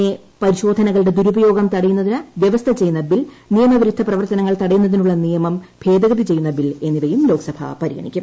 A പരിശോധനകളുടെ ദുരുപയോഗം തടയുന്നതിന് വൃവസ്ഥ ചെയ്യുന്ന ബിൽ നിയമവിരുദ്ധ പ്രവർത്തനങ്ങൾ തടയുന്നതിനുള്ള നിയമം ഭേദഗതി ചെയ്യുന്ന ബിൽ എന്നിവയും ലോക്സഭ പരിഗണിക്കും